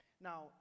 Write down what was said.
Now